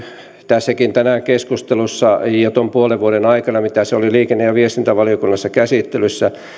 tässäkin tänään keskustelussa ja tuon puolen vuoden aikana mitä se oli liikenne ja viestintävaliokunnassa käsittelyssä